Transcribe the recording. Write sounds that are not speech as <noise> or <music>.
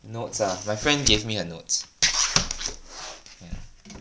notes ah my friend gave me her notes <noise>